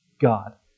God